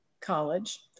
college